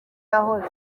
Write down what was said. yahoze